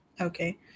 Okay